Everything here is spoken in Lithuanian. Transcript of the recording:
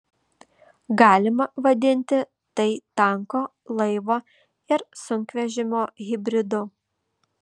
galima vadinti tai tanko laivo ir sunkvežimio hibridu